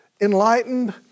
enlightened